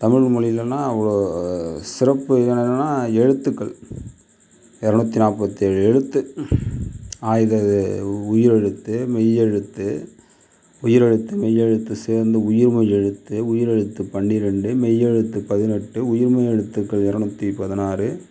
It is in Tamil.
தமிழ்மொழி இல்லைன்னா அவ்வளோ சிறப்பு எழுத்துக்கள் இரநூத்தி நாற்பத்தேழு எழுத்து ஆயுத இது உயிரெழுத்து மெய்யெழுத்து உயிரெழுத்து மெய்யெழுத்து சேர்ந்து உயிர்மெய்யெழுத்து உயிரெழுத்து பன்னிரெண்டு மெய்யெழுத்து பதினெட்டு உயிர்மெய்யெழுத்துக்கள் இரநூத்தி பதினாறு